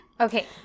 Okay